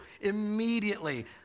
immediately